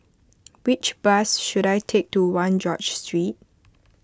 which bus should I take to one George Street